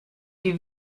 die